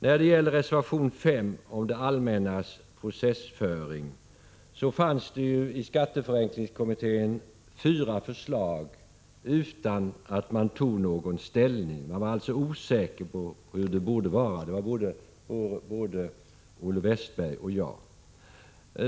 När det gäller reservation 5 om det allmännas processföring vill jag säga att det i skatteförenklingskommittén fanns fyra förslag utan att man tog ställning. Man var alltså osäker på hur det borde vara — det vet både Olle Westberg och jag.